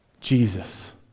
Jesus